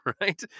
right